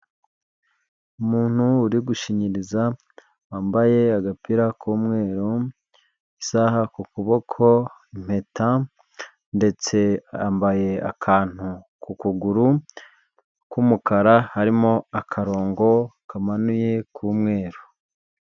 Umuntu uri gushinyiriza, wambaye agapira k'umweru, isaha ku kuboko, impeta ndetse yambaye akantu ku kuguru k'umukara, harimo akarongo kamanuye k'umweru.